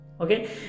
Okay